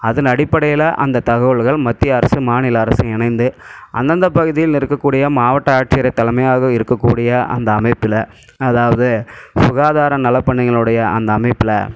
அதன் அடிப்படையில அந்த தகவல்கள் மத்திய அரசு மாநில அரசும் இணைந்து அந்தந்த பகுதியில் இருக்கக்கூடிய மாவட்ட ஆட்சியரை தலைமையாக இருக்கக்கூடிய அந்த அமைப்பில் அதாவது சுகாதார நலப்பணிகளுடைய அந்த அமைப்பில்